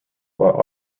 while